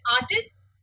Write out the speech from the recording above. artist